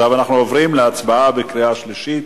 אנחנו עוברים להצבעה בקריאה שלישית.